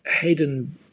Hayden